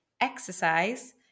exercise